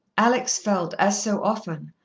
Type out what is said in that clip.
alex felt, as so often,